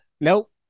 Nope